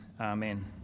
amen